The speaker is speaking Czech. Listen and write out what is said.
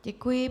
Děkuji.